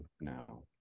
now